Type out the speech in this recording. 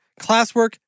classwork